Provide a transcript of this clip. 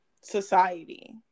society